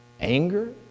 Anger